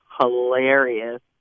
hilarious